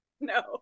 No